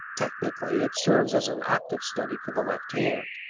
technically it serves as an octave study for the left hand.